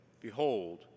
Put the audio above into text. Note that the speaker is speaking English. Behold